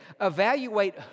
Evaluate